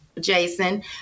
jason